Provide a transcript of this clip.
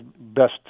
best